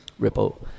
Ripple